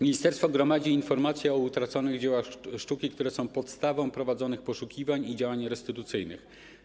Ministerstwo gromadzi informacje o utraconych dziełach sztuki, które są podstawą prowadzonych poszukiwań i działań restytucyjnych.